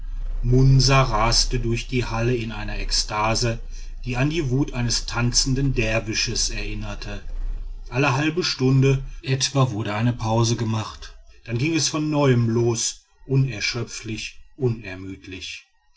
munsa raste durch die halle in einer ekstase die an die wut eines tanzenden derwisches erinnerte alle halbe stunden etwa wurde eine pause gemacht dann ging es von neuem los unerschöpflich unermüdlich